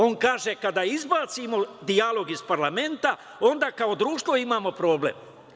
On kaže: „Kada izbacimo dijalog iz parlamenta, onda kao društvo imamo problem“